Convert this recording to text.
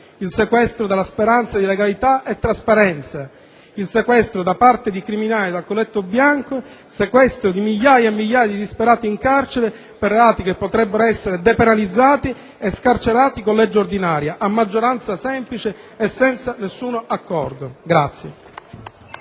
il sequestro della speranza di legalità e trasparenza; il sequestro da parte di criminali dal colletto bianco; il sequestro di migliaia e migliaia di disperati, in carcere per reati che potrebbero essere depenalizzati, i quali potrebbero essere scarcerati con legge ordinaria (a maggioranza semplice e senza nessun accordo).